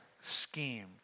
schemed